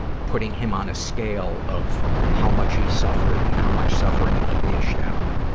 putting him on a scale of how much he suffered and how much suffering he dished out.